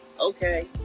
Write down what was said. Okay